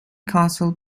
castle